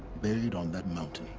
buried on that mountain.